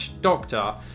doctor